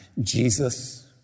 Jesus